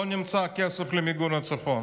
לא נמצא הכסף למיגון הצפון.